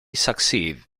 succeed